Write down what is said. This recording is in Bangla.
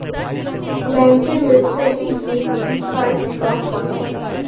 ব্যাঙ্কের ওয়েবসাইটে গিয়ে ডেবিট কার্ড ব্লক করাবো